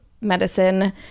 medicine